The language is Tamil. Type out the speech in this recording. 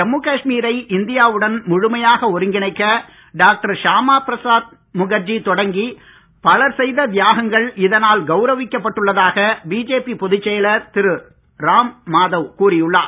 ஜம்மு காஷ்மீரை இந்தியாவுடன் முழுமையாக ஒருங்கிணைக்க டாக்டர் ஷாமா பிரசாத் முகர்ஜி தொடங்கி பலர் செய்த தியாகங்கள் இதனால் கவுரவிக்கப் பட்டுள்ளதாக பிஜேபி பொதுச் செயலர் திரு ராம் மாதவ் கூறி உள்ளார்